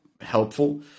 helpful